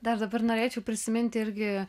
dar dabar norėčiau prisiminti irgi